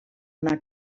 una